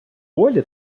волі